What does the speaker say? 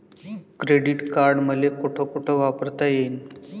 Credit card मले कोठ कोठ वापरता येईन?